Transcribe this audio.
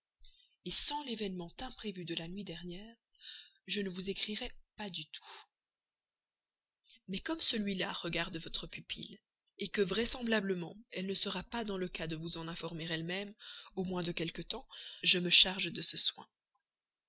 mot sans l'événement imprévu de la nuit dernière je ne vous écrirais pas du tout mais comme celui-là regarde votre pupille que vraisemblablement elle ne sera pas dans le cas de vous en informer de quelque temps je me charge de ce soin